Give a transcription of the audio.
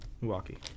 Milwaukee